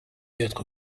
être